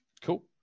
Cool